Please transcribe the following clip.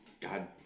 God